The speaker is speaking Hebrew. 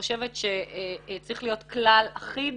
צריך להיות כלל אחיד